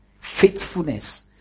Faithfulness